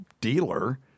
dealer